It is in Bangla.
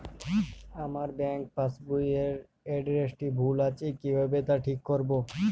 আমার ব্যাঙ্ক পাসবুক এর এড্রেসটি ভুল আছে কিভাবে তা ঠিক করবো?